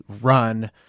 run